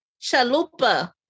Chalupa